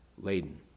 laden